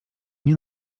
nie